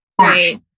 Right